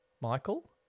Michael